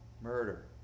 murder